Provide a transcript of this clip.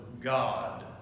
god